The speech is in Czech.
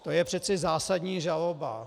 To je přece zásadní žaloba.